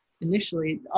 initially